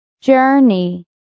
journey